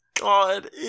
god